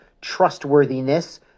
trustworthiness